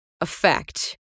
effect